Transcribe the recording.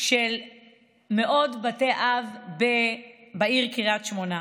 של מאות בתי אב בעיר קריית שמונה.